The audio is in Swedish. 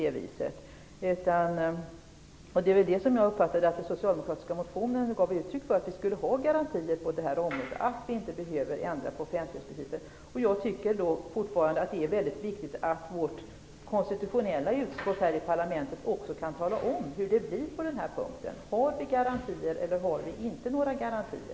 Jag uppfattade att den socialdemokratiska motionen gav uttryck för att vi skall ha garantier på det här området så att vi inte behöver ändra på offentlighetsprincipen. Fortfarande tycker jag att det är mycket viktigt att vårt konstitutionella utskott här i parlamentet också kan tala om hur det blir på den punkten. Har vi garantier eller inte?